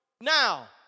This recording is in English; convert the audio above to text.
Now